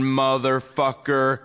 motherfucker